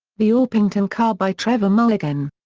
the orpington car by trevor mulligan.